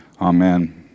amen